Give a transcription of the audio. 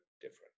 different